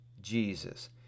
Jesus